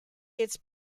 its